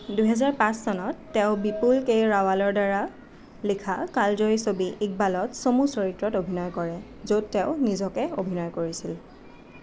দুহেজাৰ পাঁচ চনত তেওঁ বিপুল কে ৰাৱালৰ দ্বাৰা লিখা কালজয়ী ছবি ইকবালত চমু চৰিত্ৰত অভিনয় কৰে য'ত তেওঁ নিজকে অভিনয় কৰিছিল